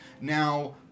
Now